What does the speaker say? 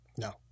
No